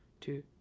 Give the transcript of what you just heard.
two